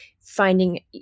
finding